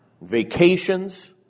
vacations